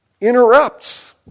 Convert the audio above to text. interrupts